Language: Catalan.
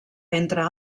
entre